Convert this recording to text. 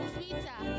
Twitter